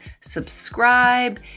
subscribe